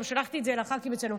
גם שלחתי את זה לח"כים אצלנו.